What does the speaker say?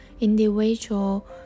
individual